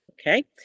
Okay